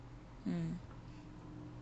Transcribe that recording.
mm